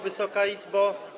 Wysoka Izbo!